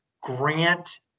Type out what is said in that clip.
grant